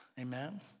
Amen